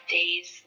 days